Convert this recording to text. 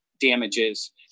damages